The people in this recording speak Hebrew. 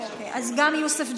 אז גם יוסף ג'בארין.